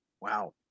Wow